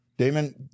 Damon